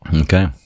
Okay